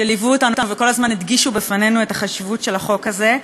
שליוו אותנו וכל הזמן הדגישו בפנינו את החשיבות של החוק הזה.